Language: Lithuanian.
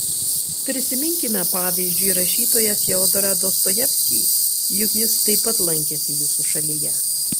prisiminkime pavyzdžiui rašytoją fiodorą dostojevskį juk jis taip pat lankėsi jūsų šalyje